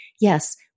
yes